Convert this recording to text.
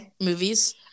movies